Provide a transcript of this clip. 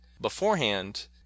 beforehand